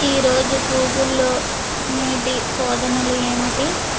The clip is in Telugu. ఈ రోజు గూగుల్లో మేడి శోధనలు ఏమిటి